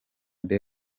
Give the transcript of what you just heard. the